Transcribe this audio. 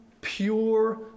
pure